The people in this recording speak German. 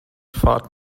fahrt